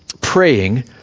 praying